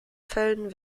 fällen